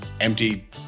empty